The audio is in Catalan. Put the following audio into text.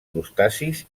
crustacis